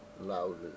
loudly